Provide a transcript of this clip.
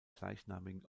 gleichnamigen